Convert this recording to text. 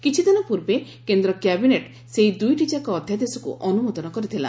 କିଛି ଦିନ ପୂର୍ବେ କେନ୍ଦ୍ର କ୍ୟାବିନେଟ୍ ସେହି ଦୁଇଟି ଯାକ ଅଧ୍ୟାଦେଶକୁ ଅନୁମୋଦନ କରିଥିଲା